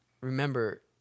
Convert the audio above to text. remember